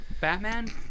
Batman